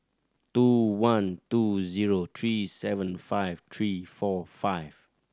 two one two zero three seven five three four five